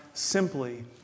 Simply